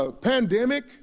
pandemic